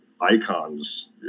icons